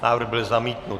Návrh byl zamítnut.